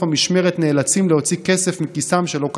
המשמרת נאלצים להוציא כסף מכיסם שלא כחוק.